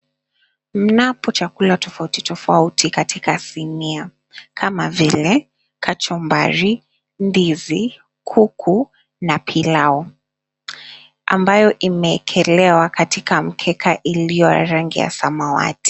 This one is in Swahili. Mnapo chakula tofauti tofauti katika sinia kama vile kachumbari, ndizi, kuku na pilau ambayo imeekelewa katika mkeka iliyo rangi ya samawati.